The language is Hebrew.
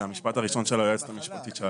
זה המשפט הראשון של היועצת המשפטית.